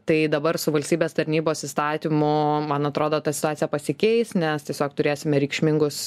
tai dabar su valstybės tarnybos įstatymu man atrodo ta situacija pasikeis nes tiesiog turėsime reikšmingus